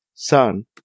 Son